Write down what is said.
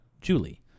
Julie